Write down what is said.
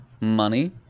Money